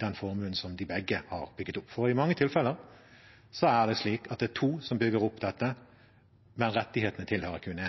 den formuen som de begge har bygget opp. I mange tilfeller er det slik at det er to som bygger opp dette, men rettighetene tilhører kun